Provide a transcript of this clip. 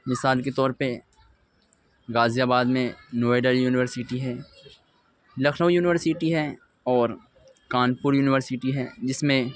مثال کے طور پہ غازی آباد میں نوئیڈا یونیورسٹی ہے لکھنؤ یونیورسٹی ہے اور کانپور یونیورسٹی ہے جس میں